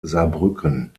saarbrücken